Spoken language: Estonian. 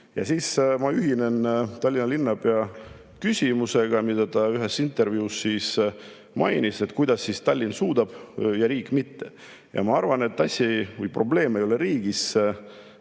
ei tee. Ma ühinen Tallinna linnapea küsimusega, mida ta ühes intervjuus mainis, et kuidas siis Tallinn suudab ja riik mitte. Ma arvan, et probleem ei ole riigis,